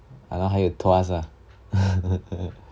!hannor! 还有 tuas lah